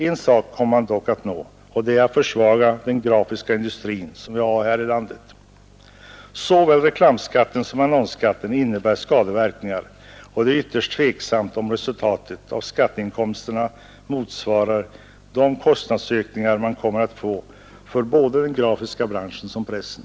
En sak kommer man dock att nå, och det är att man försvagar den grafiska industri som finns i landet. Såväl reklamskatten som annonsskatten innbär skadeverkningar, och det är ytterst ovisst om resultatet av skatteinkomsterna motsvarar de kostnadsökningar man kommer att få för både den grafiska branschen och pressen.